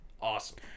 Awesome